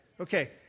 Okay